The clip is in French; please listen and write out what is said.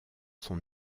son